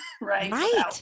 Right